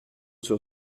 sur